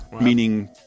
Meaning